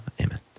Amen